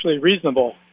reasonable